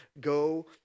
go